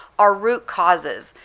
are root causes.